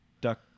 duck